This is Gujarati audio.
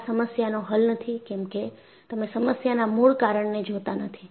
આ સમસ્યાનો હલ નથી કેમકે તમે સમસ્યાના મૂળ કારણને જોતા નથી